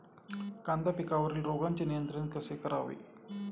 कांदा पिकावरील रोगांचे नियंत्रण कसे करावे?